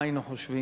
מה היינו חושבים?